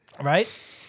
Right